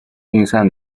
运算